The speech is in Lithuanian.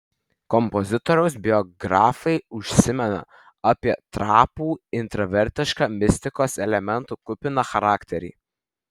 kompozitoriaus biografai užsimena apie trapų intravertišką mistikos elementų kupiną charakterį